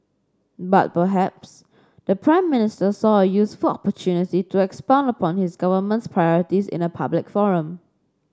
but perhaps the Prime Minister saw a useful opportunity to expound upon his government's priorities in a public forum